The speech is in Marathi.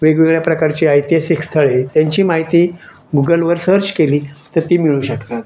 वेगवेगळ्या प्रकारची ऐतिहासिक स्थळे त्यांची माहिती गुगलवर सर्च केली तर ती मिळू शकतात